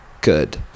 good